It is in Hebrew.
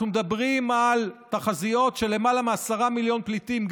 אנחנו מדברים על תחזיות של למעלה מ-10 מיליון פליטים.